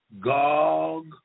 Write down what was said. Gog